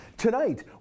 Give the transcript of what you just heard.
Tonight